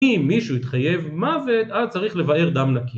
אם מישהו יתחייב מוות אז צריך לבער דם נקי